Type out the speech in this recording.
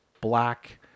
black